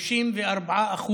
34%